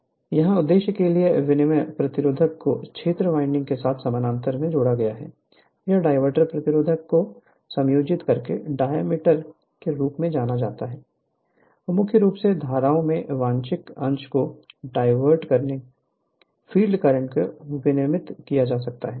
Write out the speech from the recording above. Refer Slide Time 0841 यहां उद्देश्य के लिए विनियमन प्रतिरोध को क्षेत्र वाइंडिंग के साथ समानांतर में जोड़ा गया है यह डायवर्टर प्रतिरोध को समायोजित करके डायमीटर के रूप में जाना जाता है मुख्य धाराओं के वांछित अंश को डायवर्ट करके फ़ील्ड करंट को विनियमित किया जा सकता है